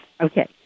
Okay